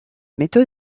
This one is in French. méthode